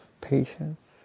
patience